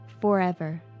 forever